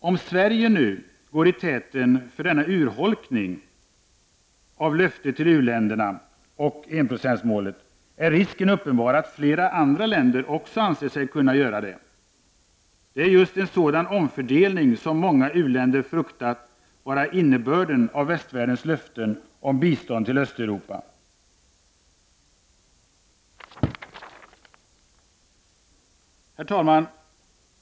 Om Sverige nu går i täten för denna urholkning av löftet till u-länderna och enprocentsmålet, är risken uppenbar att flera andra länder också anser sig kunna göra det. Det är just en sådan omfördelning som många u-länder fruktat är innebörden av västvärldens löften om bistånd till Östeuropa. Herr talman!